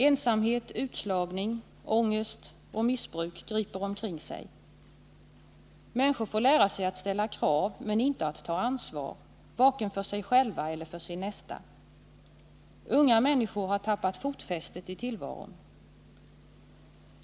Ensamhet, utslagning, ångest och missbruk griper omkring sig. Människor får lära sig ställa krav, men inte att ta ansvar, varken för sig själva eller för sin nästa. Unga människor har tappat fotfästet i tillvaron.